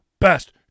best